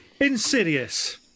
Insidious